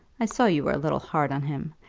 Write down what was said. i saw you were a little hard on him,